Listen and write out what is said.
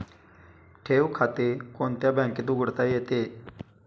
ठेव खाते कोणत्या बँकेत उघडता येते?